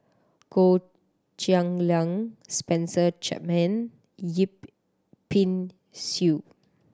Goh Cheng Liang Spencer Chapman Yip Pin Xiu